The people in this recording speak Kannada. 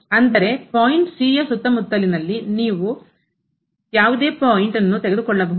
ಅಂದರೆ ಪಾಯಿಂಟ್ c ಯ ಸುತ್ತಮುತ್ತಲಿನಲ್ಲಿ ನೀವು ಯಾವುದೇ ಪಾಯಿಂಟ್ ನ್ನು ತೆಗೆದುಕೊಳ್ಳಬಹುದು